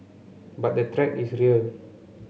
but the threat is real